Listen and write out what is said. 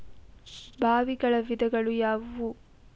ಬಾವಿಗಳ ವಿಧಗಳು ಯಾವುವು?